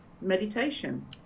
meditation